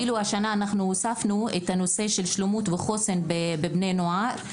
השנה הוספנו את נושא השלמות וחוסן בבני נוער,